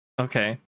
Okay